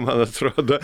man atrodo